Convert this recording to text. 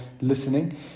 listening